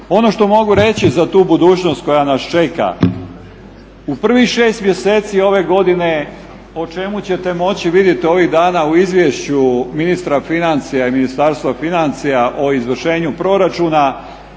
Ono što mogu reći za tu budućnost koja nas čeka, u prvih 6 mjeseci ove godine, o čemu ćete moći vidjet ovih dana u izvješću ministra financija i Ministarstva financija o izvršenju proračuna